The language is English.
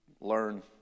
learn